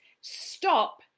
stop